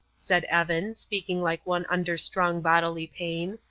said evan, speaking like one under strong bodily pain,